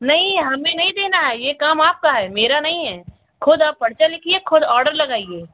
नहीं हमें नहीं देना है यह काम आपका है मेरा नहीं है ख़ुद आप पर्चा लिखिए ख़ुद ऑर्डर लगाइए